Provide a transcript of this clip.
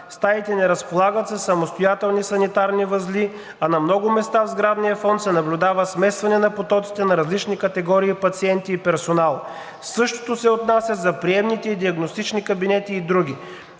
Стаите не разполагат със самостоятелни санитарни възли, а на много места в сградния фонд се наблюдава смесване на потоците на различни категории пациенти и персонал. Същото се отнася за приемните и диагностичните кабинети и други,